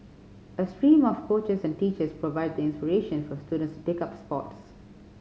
a stream of coaches and teachers provide the inspiration for students to take up sports